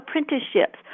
apprenticeships